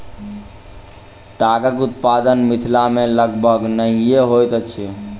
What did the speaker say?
तागक उत्पादन मिथिला मे लगभग नहिये होइत अछि